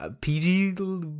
PG